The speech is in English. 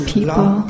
People